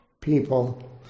people